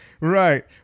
Right